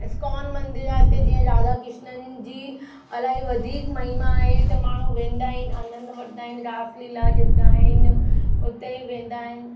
ISKCON मंदरु आहे हिते जीअं राधा कृष्ननि जी अलाई वधीक महिमा आहे त माण्हू वेंदा आहिनि आनंदु वठंदा आहिनि रास लीला ॾिसंदा आहिनि उते वेंदा आहिनि